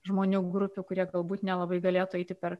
žmonių grupių kurie galbūt nelabai galėtų eiti per